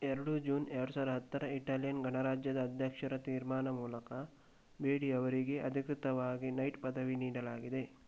ಎರಡು ಜೂನ್ ಎರಡು ಸಾವಿರ ಹತ್ತರ ಇಟಾಲಿಯನ್ ಗಣರಾಜ್ಯದ ಅಧ್ಯಕ್ಷರ ತೀರ್ಮಾನ ಮೂಲಕ ಬೇಡಿ ಅವರಿಗೆ ಅಧಿಕೃತವಾಗಿ ನೈಟ್ ಪದವಿ ನೀಡಲಾಗಿದೆ